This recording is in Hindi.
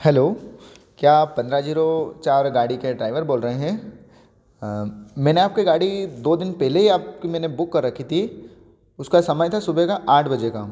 हेलो क्या आप पंद्रह जीरो चार गाड़ी के ड्राइवर बोल रहे हैं मैंने आपकी गाड़ी दो दिन पहले ही आपकी मैंने बुक कर रखी थी उसका समय था सुबह का आठ बजे का